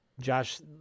Josh